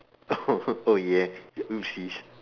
oh ya we'll see